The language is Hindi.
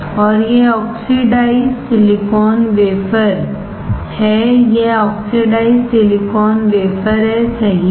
और यह ऑक्सीडाइज्ड सिलिकॉन वेफरहै यह ऑक्सीडाइज्ड सिलिकॉन वेफरहै सही है